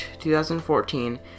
2014